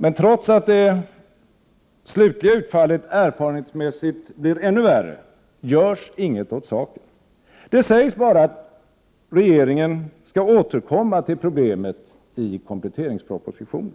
Men trots att det slutliga utfallet erfarenhetsmässigt blir ännu värre, görs inget åt saken. Det sägs bara att regeringen skall återkomma till problemet i kompletteringspropositionen.